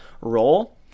role